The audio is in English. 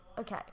okay